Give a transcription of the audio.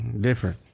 different